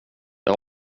det